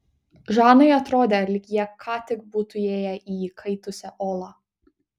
žanai atrodė lyg jie ką tik būtų įėję į įkaitusią olą